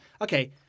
Okay